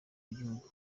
w’igihugu